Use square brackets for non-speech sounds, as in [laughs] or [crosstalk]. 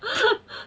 [laughs]